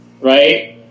right